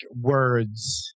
words